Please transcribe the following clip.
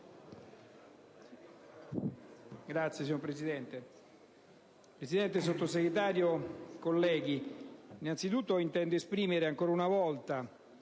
Presidente, signor Sottosegretario, colleghi, innanzitutto intendo esprimere ancora una volta,